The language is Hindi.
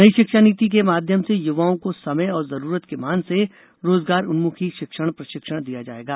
नई शिक्षा नीति के माध्यम से युवाओं को समय और जरूरत के मान से रोजगारोन्मुखी शिक्षण प्रशिक्षण दिया जायेगा